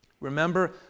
Remember